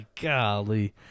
golly